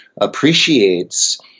appreciates